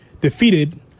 defeated